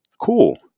Cool